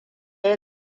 ya